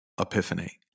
epiphany